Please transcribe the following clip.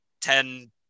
ten